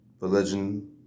religion